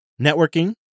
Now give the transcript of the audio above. networking